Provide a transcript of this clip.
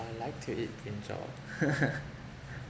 I like to eat brinjal